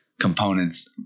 components